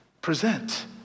present